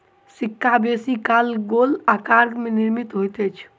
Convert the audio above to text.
सिक्का बेसी काल गोल आकार में निर्मित होइत अछि